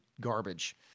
garbage